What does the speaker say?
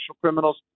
criminals